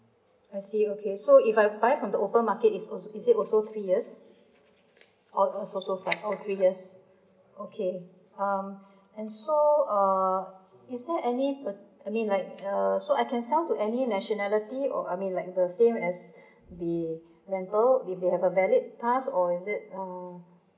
I see okay so if I buy on the open market is also is it also three years all also all three years okay mm and so err is there any pe~ I mean like uh so I can sell to any nationality or I mean like the same as the rental if they have a valid pass or is it uh